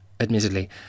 Admittedly